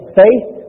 faith